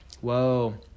Whoa